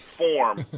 form